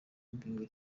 mibiri